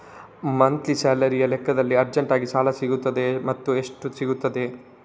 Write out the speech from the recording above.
Monthly ಸ್ಯಾಲರಿಯ ಲೆಕ್ಕದಲ್ಲಿ ಅರ್ಜೆಂಟಿಗೆ ಸಾಲ ಸಿಗುತ್ತದಾ ಮತ್ತುಎಷ್ಟು ಸಿಗುತ್ತದೆ?